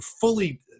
fully –